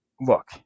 look